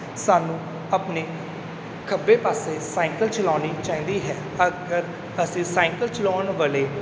ਸਾਨੂੰ ਆਪਣੇ ਖੱਬੇ ਪਾਸੇ ਸਾਈਕਲ ਚਲਾਉਣੀ ਚਾਹੀਦੀ ਹੈ ਅਗਰ ਅਸੀਂ ਸਾਈਕਲ ਚਲਾਉਣ ਵੇਲੇ